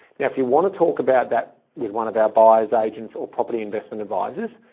if you want to talk about that with one of our buyer's agents or property investment advisors,